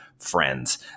friends